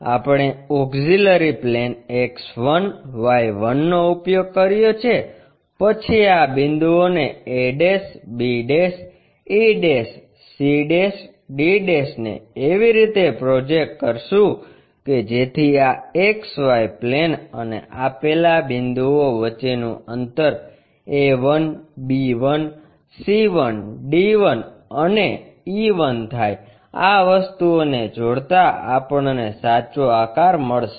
આપણે auxiliary plane X1 Y 1 નો ઉપયોગ કર્યો છે પછી આ બિંદુઓને a b e c d ને એવી રીતે પ્રોજેક્ટ કરશું કે જેથી આ XY પ્લેન અને આપેલા બિંદુઓ વચ્ચેનું અંતર a1 b1 c1 અને d1 અને e1 થાય આ વસ્તુઓને જોડતાં આપણને સાચો આકાર મળશે